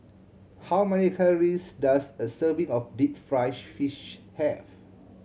how many calories does a serving of deep fried fish have